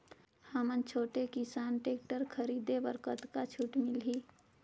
हमन छोटे किसान टेक्टर खरीदे बर कतका छूट मिलही?